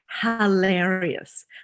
hilarious